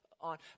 on